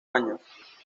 años